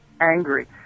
angry